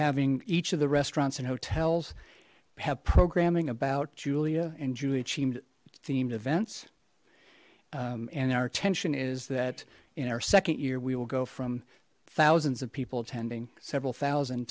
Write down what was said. having each of the restaurants and hotels have programming about julia and julia teamed themed events and our tension is that in our second year we will go from thousands of people attending several thousand